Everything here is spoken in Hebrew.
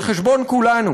על חשבון כולנו.